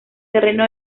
terreno